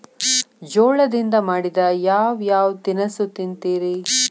ಜೋಳದಿಂದ ಮಾಡಿದ ಯಾವ್ ಯಾವ್ ತಿನಸು ತಿಂತಿರಿ?